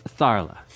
Tharla